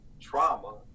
trauma